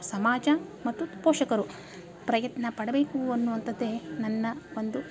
ಸಮಾಜ ಮತ್ತು ಪೋಷಕರು ಪ್ರಯತ್ನ ಪಡಬೇಕು ಅನ್ನುವಂಥದ್ದೇ ನನ್ನ ಒಂದು